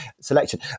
selection